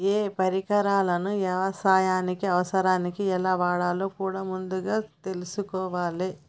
ఏయే పరికరాలను యవసాయ అవసరాలకు ఎలా వాడాలో కూడా ముందుగా తెల్సుకోవాలే